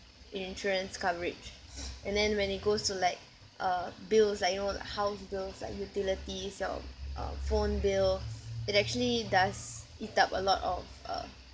insurance coverage and then when it goes to like uh bills like you know like house bills like utilities your uh phone bill it actually does eat up a lot of uh